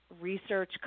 research